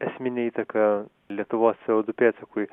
esminę įtaką lietuvos cė o du pėdsakui